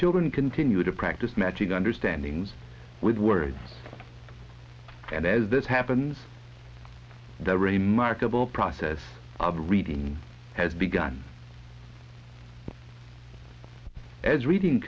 children continue to practice matching understanding's with words and as this happens the remarkable process of reading has begun as reading